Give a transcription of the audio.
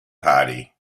party